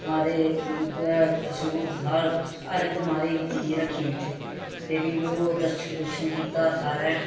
माता दे इ'यै त्रिशूल सारा कुछ हर इक माता गी चीज़ रक्खी दी उत्थें ते फ्ही ओह् दर्शन दुर्शन कीता सारै